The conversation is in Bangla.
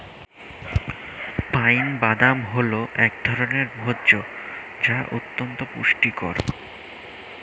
পাইন বাদাম হল এক ধরনের ভোজ্য যা অত্যন্ত পুষ্টিকর